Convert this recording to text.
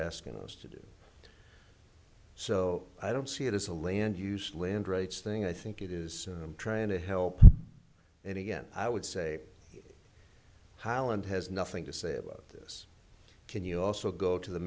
asking us to do so i don't see it as a land use land rates thing i think it is i'm trying to help and again i would say holland has nothing to say about this can you also go to the